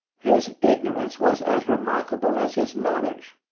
his ignorance was as remarkable as his knowledge.